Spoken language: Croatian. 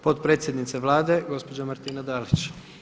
Potpredsjednica Vlade, gospođa Martina Dalić.